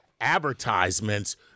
advertisements